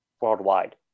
worldwide